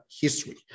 history